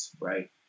right